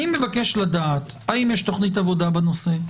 אני מבקש לדעת, האם יש תוכנית עבודה בנושא?